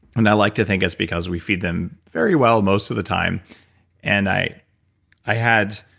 and i like to think it's because we feed them very well most of the time and i i had.